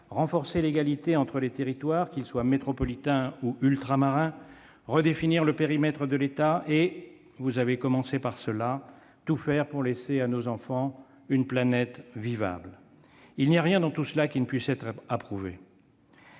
renforcer l'égalité entre les territoires, métropolitains comme ultramarins, redéfinir le périmètre de l'État, et- vous avez commencé par là -tout faire pour laisser à nos enfants une planète vivable : il n'y a rien, dans tout cela, qui ne puisse être approuvé.